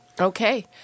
Okay